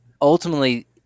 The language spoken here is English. ultimately